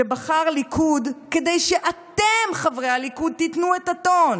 שבחר ליכוד כדי שאתם, חברי הליכוד, תיתנו את הטון